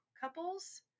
couples